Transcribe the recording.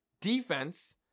defense